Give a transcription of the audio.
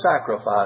sacrifice